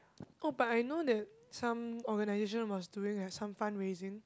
oh but I know the some organizations was doing as some fundraising